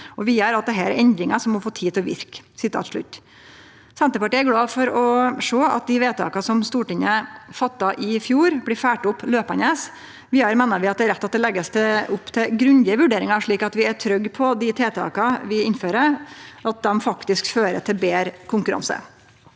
vidare at dette er endringar som «må få tid til å virke». Senterpartiet er glad for å sjå at dei vedtaka som Stortinget fatta i fjor, blir følgt opp løpande. Vidare meiner vi det er rett at det blir lagt opp til grundige vurderingar, slik at vi er trygge på at dei tiltaka vi innfører, faktisk fører til betre konkurranse.